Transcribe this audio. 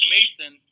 Mason